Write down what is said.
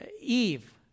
Eve